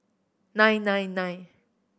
nine nine nine